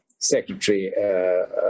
Secretary